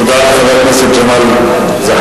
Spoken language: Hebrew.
תודה לחבר הכנסת ג'מאל זחאלקה.